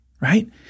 right